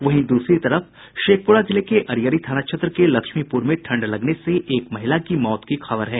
वहीं दूसरी तरफ शेखपुरा जिले के अरियरी थाना क्षेत्र के लक्ष्मीपुर में ठंड लगने से एक महिला की मौत की खबर है